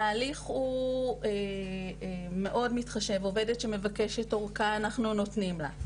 ההליך הוא מאוד מתחשב ועובדת שמבקשת אורכה אנחנו נותנים לה.